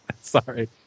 Sorry